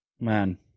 man